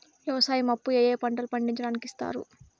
వ్యవసాయం అప్పు ఏ ఏ పంటలు పండించడానికి ఇస్తారు?